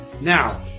Now